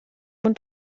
und